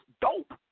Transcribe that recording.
dope